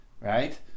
right